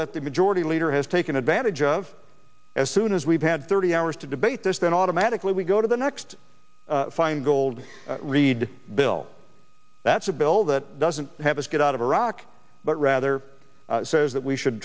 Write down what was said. that the majority leader has taken advantage of as soon as we've had thirty hours to debate this then automatically we go to the next feingold read bill that's a bill that doesn't have us get out of iraq but rather says that we should